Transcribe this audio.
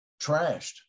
trashed